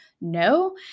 No